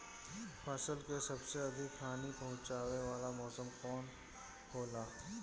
फसल के सबसे अधिक हानि पहुंचाने वाला मौसम कौन हो ला?